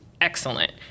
excellent